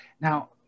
now